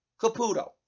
Caputo